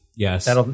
Yes